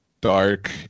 dark